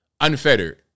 unfettered